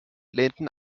lehnten